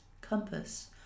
compass